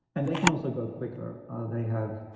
and they can also go quicker, ah they have